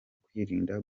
kwirinda